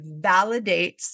validates